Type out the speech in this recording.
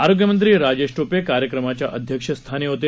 आरोग्यमंत्री राजेश मे कार्यक्रमाच्या अध्यक्षस्थानी होते